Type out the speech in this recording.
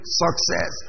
success